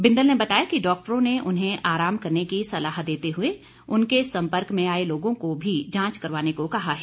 बिंदल ने बताया कि डाक्टरों ने उन्हें आराम करने की सलाह देते हुए उनके सम्पर्क में आए लोगों को भी जांच करवाने कहा है